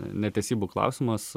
netesybų klausimas